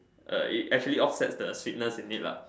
uh it actually offsets the sweetness in it lah